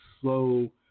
slow